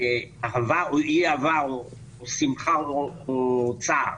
אהבה או אי אהבה, או שמחה או צער.